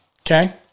okay